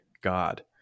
god